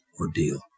ordeal